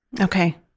Okay